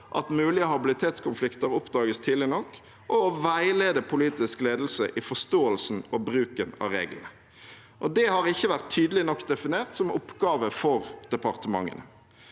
at mulige habilitetskonflikter oppdages tidlig nok og å veilede politisk ledelse i forståelsen og bruken av reglene. Det har ikke vært tydelig nok definert som oppgave for departementene.